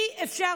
אי-אפשר.